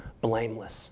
blameless